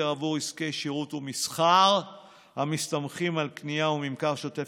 עבור עסקי שירות ומסחר המסתמכים על קנייה וממכר שוטף